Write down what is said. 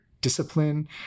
discipline